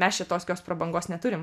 mes čia tos kios prabangos neturim